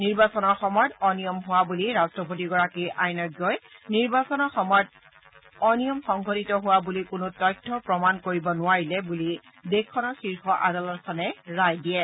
নিৰ্বাচনৰ সময়ত অনিয়ম হোৱা বুলি ৰাষ্টপতিগৰাকীৰ আইনঞ্ঞই নিৰ্বাচনৰ সময়ত অনিয়ম সংঘটিত হোৱা বুলি কোনো তথ্য প্ৰমাণ কৰিব নোৱাৰিলে বুলি দেশখনৰ শীৰ্ষ আদালতখনে ৰায় দিয়ে